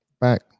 Back